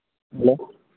hello